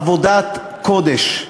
עבודת קודש,